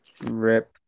Rip